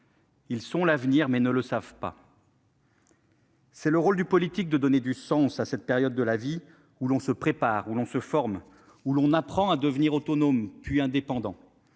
ils sont l'avenir, mais ils ne le savent pas. C'est le rôle du politique que de donner du sens à cette période de la vie où l'on se prépare, où l'on se forme, où l'on apprend à devenir autonome, puis indépendant,